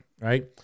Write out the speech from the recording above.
right